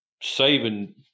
saving